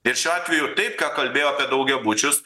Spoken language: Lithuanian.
bet šiuo atveju taip ką kalbėjo apie daugiabučius